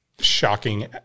shocking